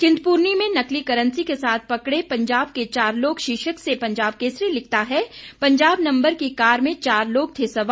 चिंतपुर्णी में नकली करंसी के साथ पकड़े पंजाब के चार लोग शीर्षक से पंजाब केसरी लिखता है पंजाब नम्बर की कार में चार लोग थे सवार